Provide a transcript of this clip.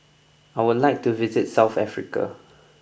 I would like to visit South Africa